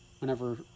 whenever—